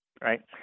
right